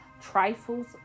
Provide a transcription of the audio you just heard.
Trifles